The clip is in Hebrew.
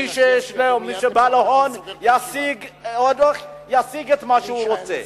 מי שהוא בעל הון ישיג את מה שהוא רוצה.